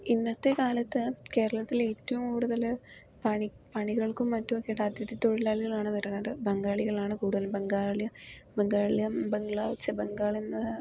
ഇന്നത്തെക്കാലത്ത് കേരളത്തിലേറ്റവും കൂടുതല് പണി പണികൾക്കും മറ്റുമൊക്കെയായിട്ട് അഥിതി തൊഴിലാളികളാണ് വരുന്നത് ബംഗാളികളാണ് കൂടുതലും ബംഗാളി ഛെ ബംഗാളിൽ നിന്ന്